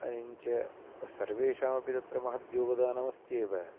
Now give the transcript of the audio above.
अयञ्च सर्वेषामपि तत्र महद्योगदानमस्त्येव